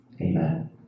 Amen